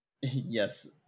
Yes